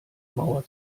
mauer